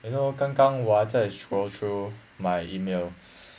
you know 刚刚我还在 go through my email